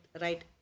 right